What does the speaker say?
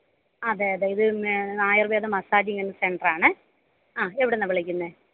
അതെ അതെ ഇത് ആയുർവേദ മസാജിങ് സെൻ്ററാണ് ആ എവിടെ നിന്നാണ് വിളിക്കുന്നത്